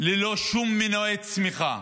ללא שום מנועי צמיחה.